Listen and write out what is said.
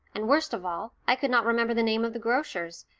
and worst of all, i could not remember the name of the grocer's.